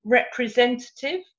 representative